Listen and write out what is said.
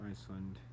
Iceland